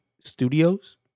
studios